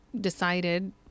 decided